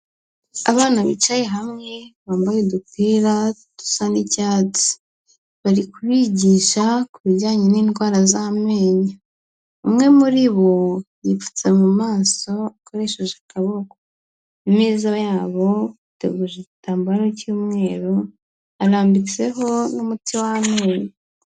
Abana bicaye hamwe, bambaye udupira dusa n'icyatsi. Bari kubigisha ku bijyanye n'indwara z'amenyo. Umwe muri bo, yipfutse mu maso akoresheje akaboko. Ameza yabo ateguje igitambaro cy'umweru, arambitseho n'umuti w'amenyo.